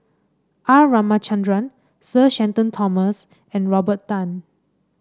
R Ramachandran Sir Shenton Thomas and Robert Tan